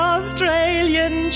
Australian